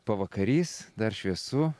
pavakarys dar šviesu